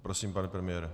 Prosím, pane premiére.